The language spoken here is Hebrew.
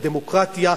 את הדמוקרטיה,